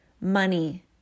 money